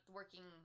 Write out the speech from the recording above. working